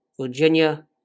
Virginia